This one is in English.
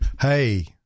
Hey